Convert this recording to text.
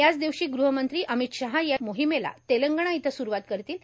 याच दिवशी गृहमंत्री अमित शाह या मोहिमेला तेलंगाणा इथं सुरूवात करतील